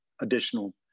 additional